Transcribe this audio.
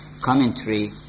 commentary